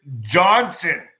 Johnson